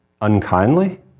unkindly